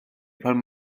pan